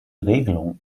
regelung